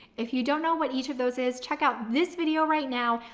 if you don't know what each of those is, check out this video right now,